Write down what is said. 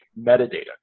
metadata